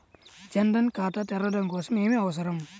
జన్ ధన్ ఖాతా తెరవడం కోసం ఏమి అవసరం?